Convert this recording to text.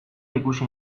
ikusi